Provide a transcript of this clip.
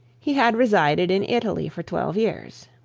he had resided in italy for twelve years.